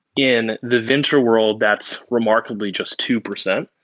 in the venture world, that's remarkably just two percent.